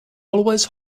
always